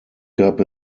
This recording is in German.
gab